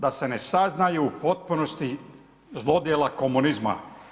Da se ne saznaju u potpunosti zlodjela komunizma.